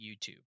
YouTube